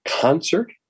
Concert